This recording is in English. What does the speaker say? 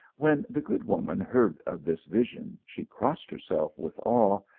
when the good woman heard of this vision, she crossed herself with awe,